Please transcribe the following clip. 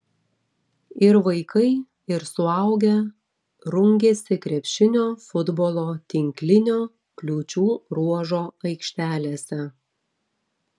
ir vaikai ir suaugę rungėsi krepšinio futbolo tinklinio kliūčių ruožo aikštelėse